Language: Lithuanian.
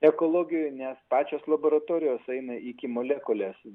ekologijoj nes pačios laboratorijos eina iki molekulės